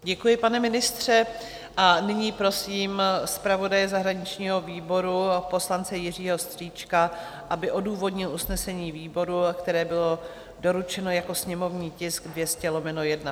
Děkuji, pane ministře, a nyní prosím zpravodaje zahraničního výboru a poslance Jiřího Strýčka, aby odůvodnil usnesení výboru, které bylo doručeno jako sněmovní tisk 200/1.